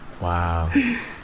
wow